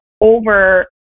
over